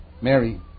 Mary